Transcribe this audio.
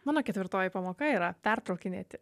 mano ketvirtoji pamoka yra pertraukinėti